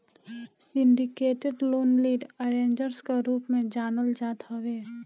syndicated loan lead arrangers कअ रूप में जानल जात हवे